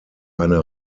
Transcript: eine